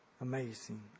Amazing